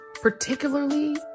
particularly